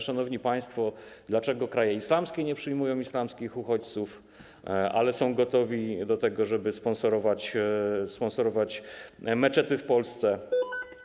Szanowni państwo, dlaczego kraje islamskie nie przyjmują islamskich uchodźców, ale są gotowe do tego, żeby sponsorować meczety w Polsce?